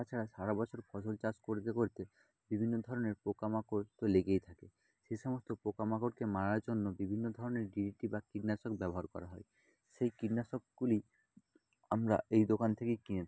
তাছাড়া সারা বছর ফসল চাষ করতে করতে বিভিন্ন ধরনের পোকা মাকড় তো লেগেই থাকে সেই সমস্ত পোকা মাকড়কে মারার জন্য বিভিন্ন ধরনের বা কীটনাশক ব্যবহার করা হয় সেই কীটনাশকগুলি আমরা এই দোকান থেকেই কিনে থাকি